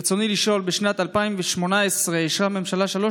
ברצוני לשאול: ב-2018 אישרה הממשלה שלוש